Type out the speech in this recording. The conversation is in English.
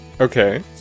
Okay